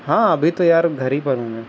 ہاں ابھی تو یار گھر ہی پر ہوں میں